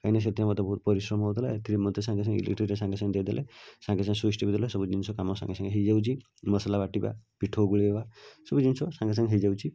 କାହିଁକିନା ସେଥିରେ ମୋତେ ବହୁତ ପରିଶ୍ରମ ହେଉଥିଲା ଏଥିରେ ମୋତେ ସାଙ୍ଗେ ସାଙ୍ଗେ ଇଲେକ୍ଟ୍ରିକ୍ରେ ସାଙ୍ଗେ ସାଙ୍ଗେ ଦେଇଦେଲେ ସାଙ୍ଗେ ସାଙ୍ଗେ ସୁଇଜ୍ ଟିପିଦେଲେ ସବୁ ଜିନିଷ କାମ ସାଙ୍ଗେ ସାଙ୍ଗେ ହେଇଯାଉଛି ମସଲା ବାଟିବା ପିଠୋଉ ଗୋଳେଇବା ସବୁ ଜିନିଷ ସାଙ୍ଗେ ସାଙ୍ଗେ ହେଇଯାଉଛି